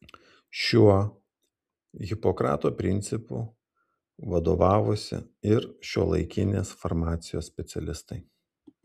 šiuo hipokrato principu vadovavosi ir šiuolaikinės farmacijos specialistai